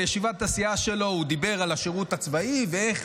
בישיבת הסיעה שלו הוא דיבר על השירות הצבאי ועל איך